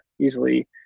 easily